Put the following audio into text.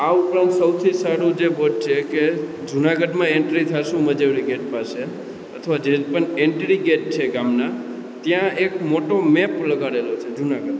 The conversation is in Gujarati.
આ ઉપરાંત સૌથી સારું જે ગોટ છે કે જુનાગઢમાં એન્ટ્રી થશું મજોરી ગેટ પાસે અથવા જે પણ એન્ટ્રી ગેટ છે ગામના ત્યાં એક મોટો મેપ લગાડેલો જુનાગઢનો